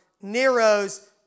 Nero's